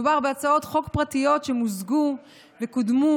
מדובר בהצעות חוק פרטיות שמוזגו וקודמו,